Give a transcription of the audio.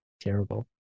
Terrible